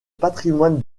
patrimoine